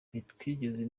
ntitwigeze